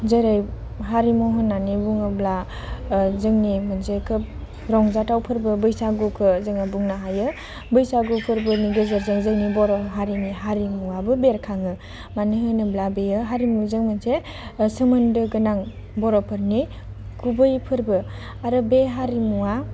जेरै हारिमु होननानै बुङोब्ला जोंनि मोनसे खोब रंजाथाव फोरबो बैसागुखो जोङो बुंनो हायो बैसागु फोरबोनि गेजेरजों जोंनि बर' हारिनि हारिमुवाबो बेरखाङो मानो होनोब्ला बेयो हारिमुजों मोनसे सोमोन्दो गोनां बर'फोरनि गुबै फोरबो आरो बे हारिमुवा